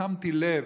שמתי לב.